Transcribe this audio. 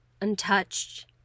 untouched